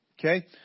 Okay